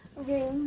Okay